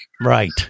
right